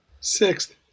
sixth